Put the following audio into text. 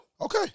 Okay